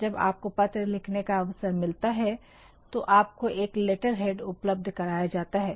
जब आपको पत्र लिखने का अवसर मिलता है तो आपको एक लेटर हेड उपलब्ध कराया जाता है